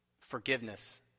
forgiveness